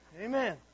Amen